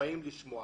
הם באים לשמוע.